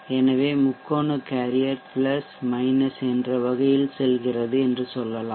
எனவே முக்கோண கேரியர் என்ற வகையில் செல்கிறது என்று சொல்லலாம்